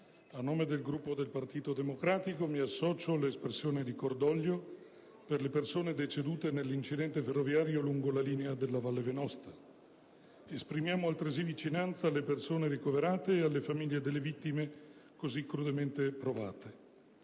a nome del Gruppo del Partito Democratico mi associo all'espressione di cordoglio per le persone decedute nell'incidente ferroviario avvenuto lungo la linea della Val Venosta; esprimiamo altresì vicinanza alle persone ricoverate e alle famiglie delle vittime, così crudelmente provate.